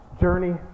journey